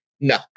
No